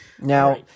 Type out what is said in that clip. Now